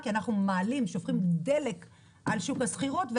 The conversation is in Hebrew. כי אנחנו שופכים דלק על שוק השכירות.